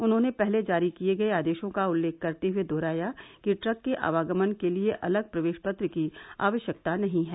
उन्होंने पहले जारी किये गये आदेशों का उल्लेख करते हुए दोहराया कि ट्रक के आवागमन के लिए अलग प्रवेश पत्र की आवश्यकता नहीं है